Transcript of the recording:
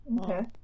Okay